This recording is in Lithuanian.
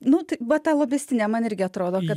nu tai va ta lobistinė man irgi atrodo kad